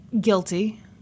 Guilty